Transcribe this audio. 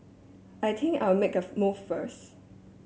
I think I'll make a move first